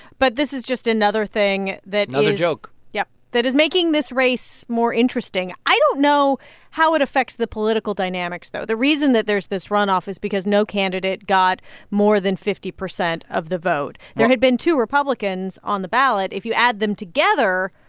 but this is just another thing that. it's another joke yeah that is making this race more interesting. i don't know how it affects the political dynamics, though. the reason that there's this runoff is because no candidate got more than fifty percent of the vote well. there had been two republicans on the ballot. if you add them together,